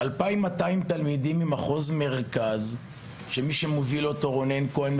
של 2,200 תלמידים ממחוז מרכז ומי שמוביל אותו זה רונן כהן,